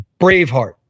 Braveheart